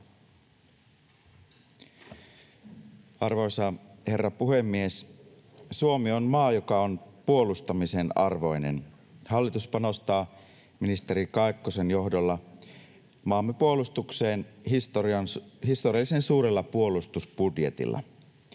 Arvoisa herra puhemies! Suomi on maa, joka on puolustamisen arvoinen. Hallitus panostaa ministeri Kaikkosen johdolla maamme puolustukseen historiallisen suurella puolustusbudjetilla.